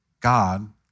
God